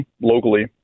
locally